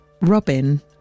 Robin